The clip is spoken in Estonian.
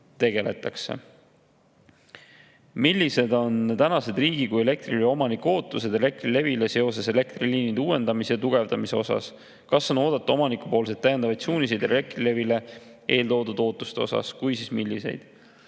"Millised on tänased riigi kui Elektrilevi omaniku ootused Elektrilevile seoses elektriliinide uuendamise ja tugevdamise osas? Kas on [oodata] omanikupoolseid täiendavaid suuniseid Elektrilevile eeltoodud ootuste osas? Kui, siis milliseid?"